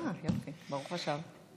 אה, ברוך השב.